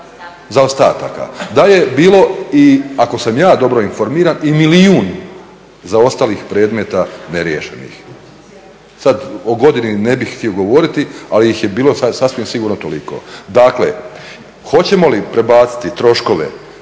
Zaostataka. Da je bilo i ako sam ja dobro informiran i milijun zaostalih predmeta neriješenih. Sad o godini ne bih htio govoriti, ali ih je bilo sasvim sigurno toliko. Dakle, hoćemo li prebaciti troškove,